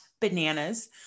Bananas